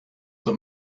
that